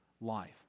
life